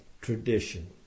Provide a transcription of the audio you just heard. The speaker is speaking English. tradition